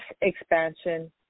expansion